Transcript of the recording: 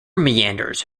meanders